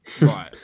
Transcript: right